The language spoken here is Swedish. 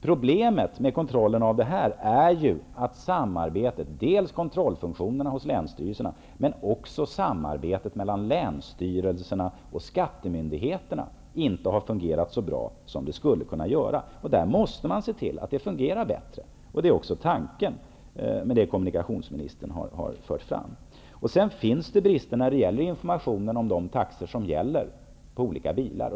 Problemet med kontrollen är att samarbetet mellan länsstyrelserna och skattemyndigheterna inte har fungerat så bra som det skulle kunna göra. Vi måste se till att det fungerar bättre. Det är också tanken med det kommunikationsministern har fört fram. Det finns brister när det gäller informationen om de taxor som gäller för olika bilar.